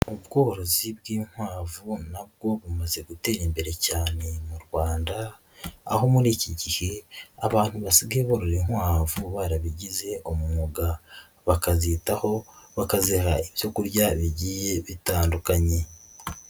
Ubworozi bw'inkwavu nabwo bumaze gutera imbere cyane mu Rwanda, aho muri iki gihe abantu basigaye barora inkwavu barabigize umwuga, bakazitaho bakazeraha ibyorya bigiye bitandukanye.